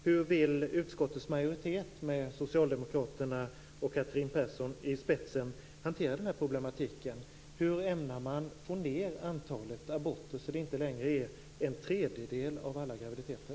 Hur vill utskottets majoritet med socialdemokraterna och Catherine Persson i spetsen hantera den problematiken? Hur ämnar man få ned antalet aborter så att det inte längre handlar om en tredjedel av alla graviditeter?